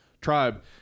tribe